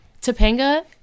topanga